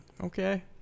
Okay